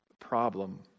problem